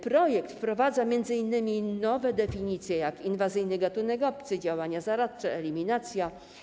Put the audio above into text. Projekt wprowadza m.in. nowe definicje takich pojęć jak: inwazyjny gatunek obcy, działania zaradcze, eliminacja.